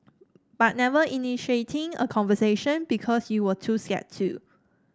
but never initiating a conversation because you were too scared to